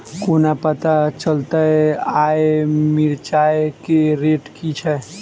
कोना पत्ता चलतै आय मिर्चाय केँ रेट की छै?